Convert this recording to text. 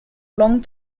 long